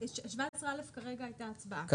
17 א' כרגע היתה הצבעה,